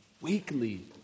weekly